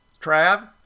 Trav